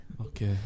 Okay